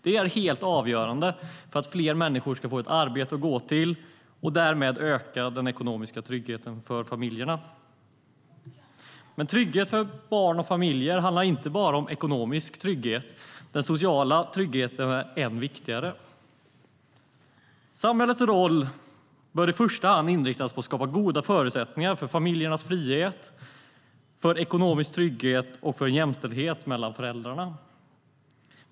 Det är helt avgörande för att fler människor ska få ett arbete att gå till och därmed öka den ekonomiska tryggheten för familjerna. Men trygghet för familjer och barn handlar inte bara om ekonomisk trygghet. Den sociala tryggheten är än viktigare. Samhällets roll bör i första hand inriktas på att skapa goda förutsättningar för familjernas frihet, för ekonomisk trygghet och för jämställdhet mellan föräldrarna.